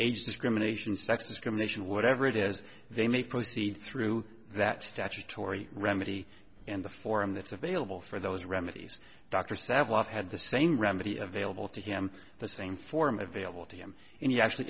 age discrimination sex discrimination whatever it is they may proceed through that statutory remedy and the forum that's available for those remedies dr several had the same remedy available to him the same form available to him and he actually